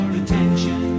attention